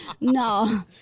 No